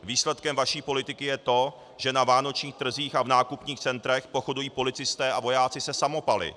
Výsledkem vaší politiky je to, že na vánočních trzích a v nákupních centrech pochodují policisté a vojáci se samopaly.